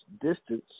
distance